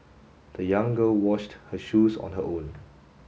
the young girl washed her shoes on her own